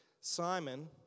Simon